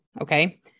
Okay